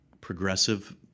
progressive